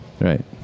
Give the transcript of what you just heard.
Right